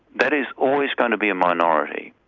that is always going to be a minority.